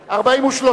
סעיפים 1 4 נתקבלו.